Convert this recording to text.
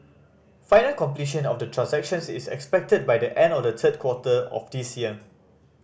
final completion of the transactions is expected by the end of the third quarter of this year